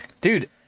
Dude